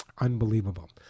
unbelievable